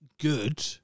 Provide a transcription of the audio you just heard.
good